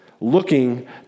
looking